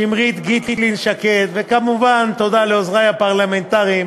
שמרית גיטלין-שקד, וכמובן תודה לעוזרי הפרלמנטריים